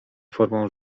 formą